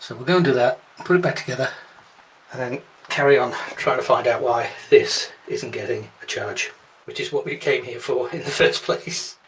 so we'll go and do that, put it back together and then carry on trying to find out why this isn't getting a charge which is what we came here for in the first place!